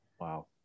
Wow